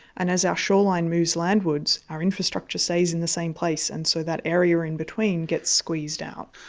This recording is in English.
and as our shoreline moves landwards, our infrastructure stays in the same place, and so that area in between gets squeezed out.